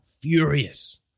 furious